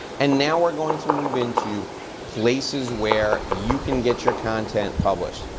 and now we're going to move into places where you can get your content published.